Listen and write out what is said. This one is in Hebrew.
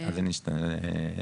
אני אשתדל.